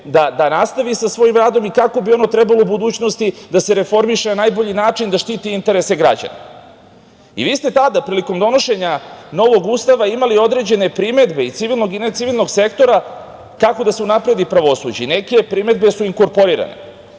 da nastavi sa svojim radom i kako bi ono trebalo u budućnosti da se reformiše na najbolji način, da štiti interese građana. Vi ste tada, prilikom donošenja novog Ustava imali određene primedbe, civilnog i necivilnog sektora, kako da se unapredi pravosuđe. Neke od primedbi su inkorporirane,